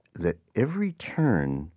that every turn